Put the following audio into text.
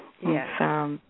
Yes